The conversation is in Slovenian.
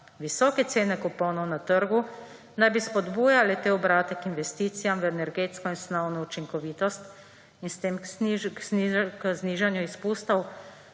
Visoke cene kuponov na trgu naj bi spodbujale te obrate k investicijam v energetsko in snovno učinkovitost in s tem k znižanju izpustov